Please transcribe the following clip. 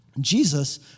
Jesus